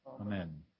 Amen